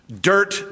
Dirt